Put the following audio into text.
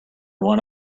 went